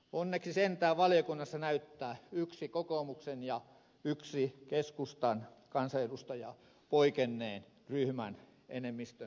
onneksi sentään valiokunnassa näyttää yksi kokoomuksen ja yksi keskustan kansanedustaja poikenneen ryhmän enemmistön kannasta